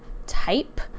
Type